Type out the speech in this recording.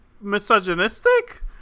misogynistic